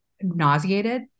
nauseated